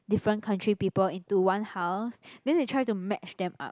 different country people into one house then they try to match them up